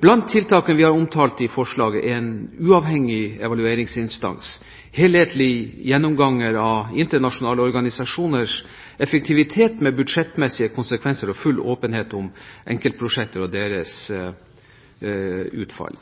Blant tiltakene vi har omtalt i forslaget, er en uavhengig evalueringsinstans, helhetlige gjennomganger av internasjonale organisasjoners effektivitet med budsjettmessige konsekvenser og full åpenhet om enkeltprosjekter og deres utfall.